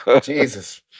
jesus